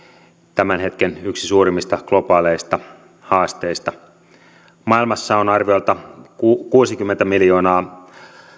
tämän hetken yksi suurimmista globaaleista haasteista maailmassa on arviolta kuusikymmentä miljoonaa